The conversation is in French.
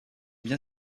bien